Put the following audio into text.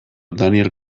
daniel